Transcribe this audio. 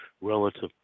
relative